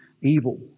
evil